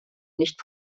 nicht